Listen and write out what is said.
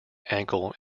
ankle